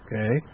Okay